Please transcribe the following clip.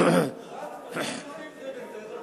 טרנספר של יהודים זה בסדר,